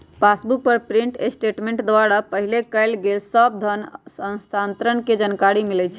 passbook पर print statement द्वारा पहिले कएल गेल सभ धन स्थानान्तरण के जानकारी मिलइ छइ